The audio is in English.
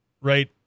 right